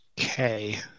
Okay